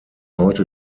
heute